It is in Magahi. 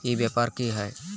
ई व्यापार की हाय?